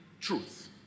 truth